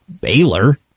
Baylor